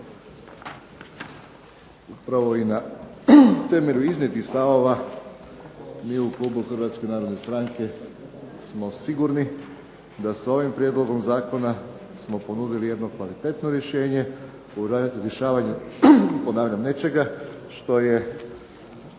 upravo i na temelju iznijetih stavova, mi u klubu Hrvatske narodne stranke smo sigurni da s ovim prijedlogom zakona smo ponudili jedno kvalitetno rješenje u rješavanju, ponavljam nečega što je